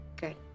Good